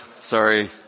Sorry